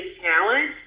challenge